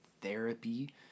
therapy